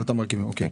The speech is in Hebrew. אוקיי.